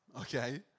Okay